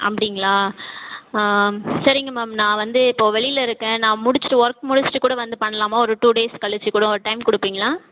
அப்படிங்ளா ஆ சரிங்க மேம் நான் வந்து இப்போ வெளிலருக்கன் நான் முடிச்சுட்டு ஒர்க் முடிச்சுட்டு கூட வந்து பண்ணலாமா ஒரு டூ டேஸ் கழித்து கூட டைம் கொடுப்பிங்களா